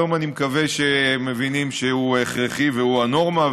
היום אני מקווה שמבינים שהוא הכרחי והוא הנורמה,